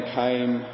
came